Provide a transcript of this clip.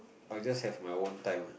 I just have my own time ah